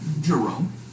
Jerome